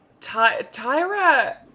Tyra